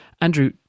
Andrew